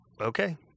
okay